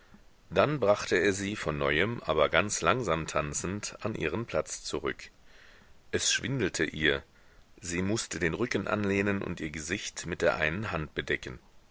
dann brachte er sie von neuem aber ganz langsam tanzend an ihren platz zurück es schwindelte ihr sie mußte den rücken anlehnen und ihr gesicht mit der einen hand bedecken